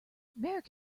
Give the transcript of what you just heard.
marek